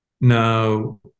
Now